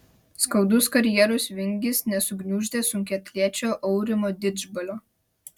skaudus karjeros vingis nesugniuždė sunkiaatlečio aurimo didžbalio